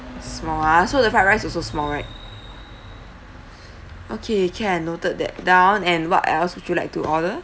small ah so the fried rice also small right okay can noted that down and what else would you like to order